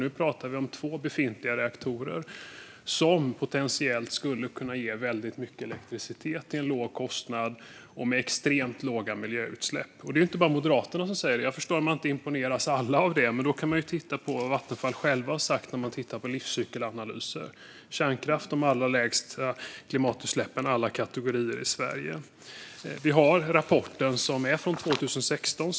Nu talar vi om två befintliga reaktorer som potentiellt skulle kunna ge väldigt mycket elektricitet till en låg kostnad och med extremt låga miljöutsläpp. Det är inte bara Moderaterna som säger det. Jag förstår att alla inte imponeras av det. Men då kan man tittat vad Vattenfall självt har sagt när de tittat på livscykelanalyser. Kärnkraft har de allra lägsta klimatutsläppen i alla kategorier i Sverige. Vi har rapporten som är från 2016.